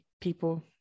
people